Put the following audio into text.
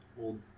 old